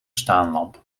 staanlamp